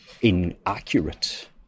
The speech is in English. inaccurate